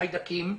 חיידקים,